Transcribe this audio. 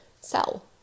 sell